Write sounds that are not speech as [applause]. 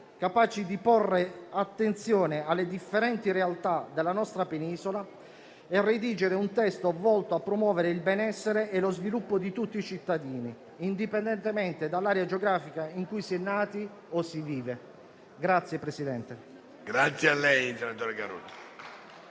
capaci di porre attenzione alle differenti realtà della nostra penisola e redigere un testo volto a promuovere il benessere e lo sviluppo di tutti i cittadini, indipendentemente dall'area geografica in cui si è nati o si vive. [applause]